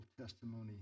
testimony